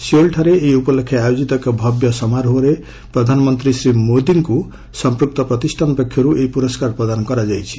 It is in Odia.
ସିଓଲଠାରେ ଏହି ଉପଲକ୍ଷେ ଆୟୋଜିତ ଏକ ଭବ୍ୟ ସମାରୋହରେ ଆଜି ପ୍ରଧାନମନ୍ତ୍ରୀ ଶ୍ରୀ ମୋଦିଙ୍କୁ ସଂପୃକ୍ତ ପ୍ରତିଷ୍ଠାନ ପକ୍ଷରୁ ଏହି ପୁରସ୍କାର ପ୍ରଦାନ କରାଯାଇଛି